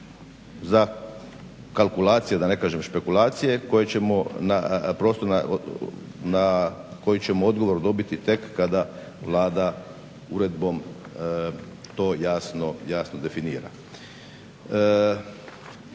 za kalkulacije, da ne kažem špekulacije, na koje ćemo odgovor dobiti tek kada Vlada uredbom to jasno definira.